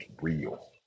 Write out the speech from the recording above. real